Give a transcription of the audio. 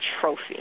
trophy